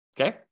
okay